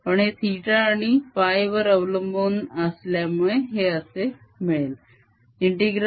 पण हे θ आणि φ वर अवलंबून असल्यामुळे हे असे मिळेल